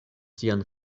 sian